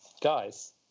guys